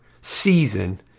season